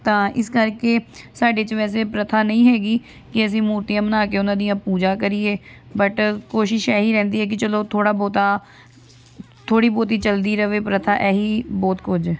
ਤਾਂ ਇਸ ਕਰਕੇ ਸਾਡੇ 'ਚ ਵੈਸੇ ਪ੍ਰਥਾ ਨਹੀਂ ਹੈਗੀ ਕਿ ਅਸੀਂ ਮੂਰਤੀਆਂ ਬਣਾ ਕੇ ਉਹਨਾਂ ਦੀਆਂ ਪੂਜਾ ਕਰੀਏ ਬਟ ਕੋਸ਼ਿਸ਼ ਇਹੀ ਰਹਿੰਦੀ ਹੈ ਕਿ ਚਲੋ ਥੋੜ੍ਹਾ ਬਹੁਤਾ ਥੋੜ੍ਹੀ ਬਹੁਤੀ ਚਲਦੀ ਰਹੇ ਪ੍ਰਥਾ ਇਹੀ ਬਹੁਤ ਕੁਝ